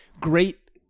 great